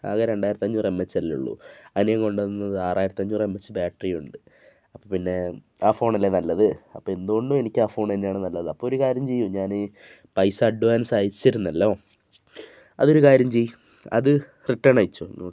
ആകെ രണ്ടായിരത്തഞ്ഞൂറ് M H അല്ലേ ഉള്ളൂ അതിനെയും കൊണ്ടു വന്നത് ആറായിരത്തഞ്ഞൂറ് എം എച്ച് ബാറ്ററിയുണ്ട് അപ്പം പിന്നെ ആ ഫോണല്ലേ നല്ലത് അപ്പം എന്തു കൊണ്ടും എനിക്കാ ഫോൺ തന്നെയാണ് നല്ലത് അപ്പോൾ ഒരു കാര്യം ചെയ്യൂ ഞാൻ പൈസ അഡ്വാൻസ് അയച്ചിരുന്നല്ലോ അതൊരു കാര്യം ചെയ്യൂ അത് റിട്ടേൺ അയച്ചോളൂ ഇങ്ങോട്ട്